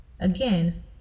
Again